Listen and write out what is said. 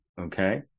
Okay